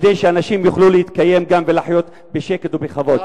כדי שאנשים יוכלו להתקיים ולחיות בשקט ובכבוד.